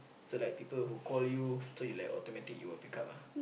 so like people who call you so you like automatic you will pick up ah